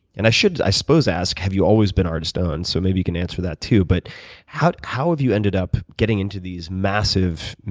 and i should, i suppose, ask, have you always been artist owned? so maybe you can answer that too. but how how have you ended up getting into these massive